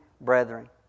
brethren